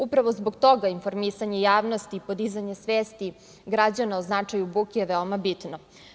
Upravo zbog toga, informisanje javnosti i podizanje svesti građana o značaju buke je veoma bitno.